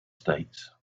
states